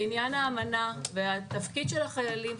לעניין האמנה והתפקיד של החיילים,